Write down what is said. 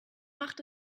macht